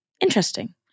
Interesting